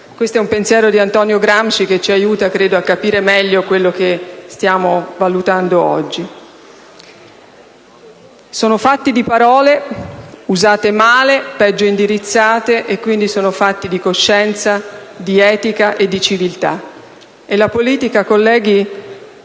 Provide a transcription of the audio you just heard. Questo è un pensiero di Antonio Gramsci, che credo ci aiuti a capire meglio quello che stiamo valutando oggi. Si tratta dunque di «fatti di parole» usate male e peggio indirizzate, e quindi di fatti di coscienza, di etica e di civiltà. La politica, colleghi,